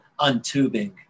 untubing